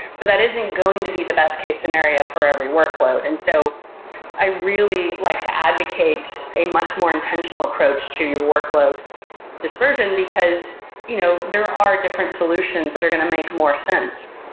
but that isn't going to be the best case scenario for every workload. and so i really like to advocate a much more intentional approach to workload dispersion, because you know there are different solutions that are going to make more sense.